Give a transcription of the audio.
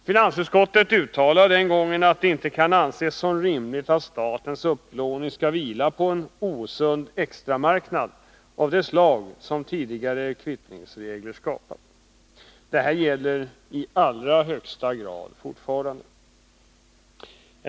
Finansutskottet uttalade den gången att det inte kan anses som rimligt att statens upplåning skall vila på en osund extramarknad av det slag som tidigare kvittningsregler skapat. Detta gäller i allra högsta grad fortfarande.